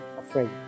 afraid